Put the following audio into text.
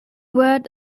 word